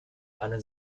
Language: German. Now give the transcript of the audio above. eine